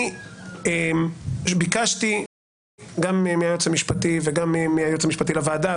אני ביקשתי גם מהיועץ המשפטי לממשלה וגם מהייעוץ המשפטי לוועדה,